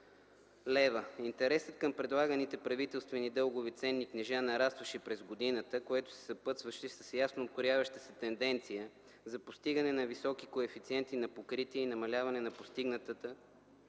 лв. Интересът към предлаганите правителствени дългови ценни книжа нарастваше през годината, което се съпътстваше с ясно открояващата се тенденция за постигане на високи коефициенти на покритие и намаляване на постигнатата